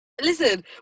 listen